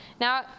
Now